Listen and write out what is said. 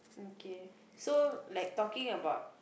okay so like talking about